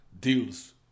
Deals